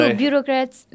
bureaucrats